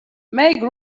make